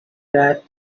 that